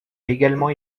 également